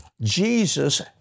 Jesus